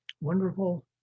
wonderful